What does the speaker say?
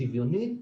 שוויונית,